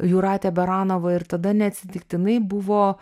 jūratė baranova ir tada neatsitiktinai buvo